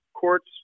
courts